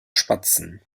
spatzen